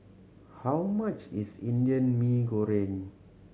how much is Indian Mee Goreng